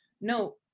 no